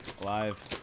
Live